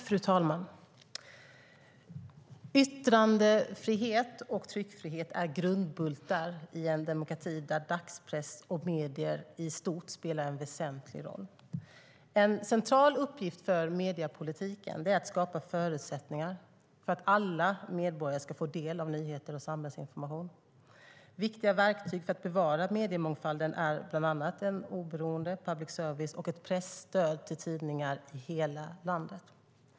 Fru talman! Yttrandefrihet och tryckfrihet är grundbultar i en demokrati där dagspress och medier i stort spelar en väsentlig roll. En central uppgift för mediepolitiken är att skapa förutsättningar för att alla medborgare ska få del av nyheter och samhällsinformation. Viktiga verktyg för att bevara mediemångfalden är bland annat en oberoende public service och ett presstöd till tidningar i hela landet.